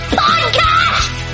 podcast